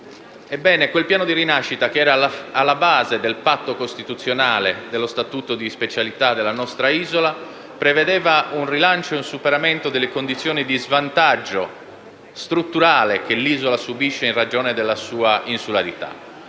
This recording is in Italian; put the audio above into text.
Ebbene, quel piano di rinascita, che era alla base del patto costituzionale dello Statuto di specialità della nostra isola, prevedeva un rilancio e un superamento delle condizioni di svantaggio strutturale che l'isola subisce in ragione della sua insularità.